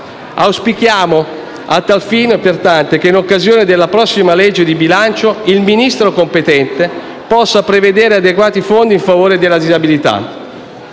Auspichiamo a tal fine, pertanto, che in occasione della prossima legge di bilancio il Ministro competente possa prevedere adeguati fondi in favore della disabilità.